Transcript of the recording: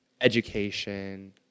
education